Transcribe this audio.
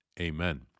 Amen